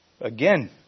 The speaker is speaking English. again